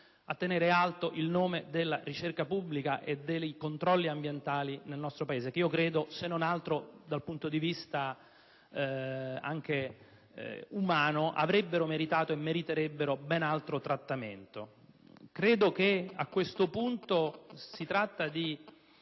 a tenere alto il nome della ricerca pubblica e dei controlli ambientali nel nostro Paese. Credo che, se non altro dal punto di vista umano, avrebbero meritato e meriterebbero ben altro trattamento. A questo punto, occorre